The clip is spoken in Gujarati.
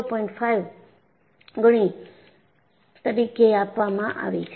5 ગણી તરીકે આપવામાં આવી છે